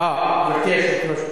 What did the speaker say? אה, גברתי היושבת-ראש.